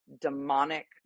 demonic